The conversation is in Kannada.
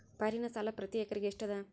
ಪೈರಿನ ಸಾಲಾ ಪ್ರತಿ ಎಕರೆಗೆ ಎಷ್ಟ ಅದ?